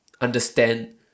understand